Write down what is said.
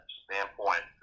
standpoint